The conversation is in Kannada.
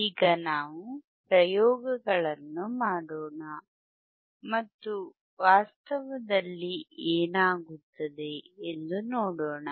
ಈಗ ನಾವು ಪ್ರಯೋಗಗಳನ್ನು ಮಾಡೋಣ ಮತ್ತು ವಾಸ್ತವದಲ್ಲಿ ಏನಾಗುತ್ತದೆ ಎಂದು ನೋಡೋಣ